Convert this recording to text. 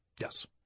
yes